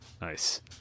Nice